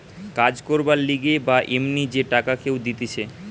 কাজ করবার লিগে বা এমনি যে টাকা কেউ দিতেছে